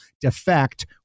defect